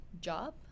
job